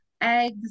eggs